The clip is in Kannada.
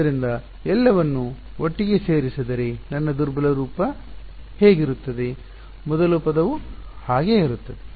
ಆದ್ದರಿಂದ ಎಲ್ಲವನ್ನೂ ಒಟ್ಟಿಗೆ ಸೇರಿಸಿದರೆ ನನ್ನ ದುರ್ಬಲ ರೂಪ ಹೇಗಿರುತ್ತದೆ ಮೊದಲ ಪದವು ಹಾಗೇ ಇರುತ್ತದೆ